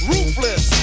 Ruthless